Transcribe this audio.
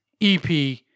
EP